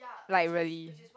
like really